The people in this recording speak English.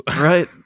Right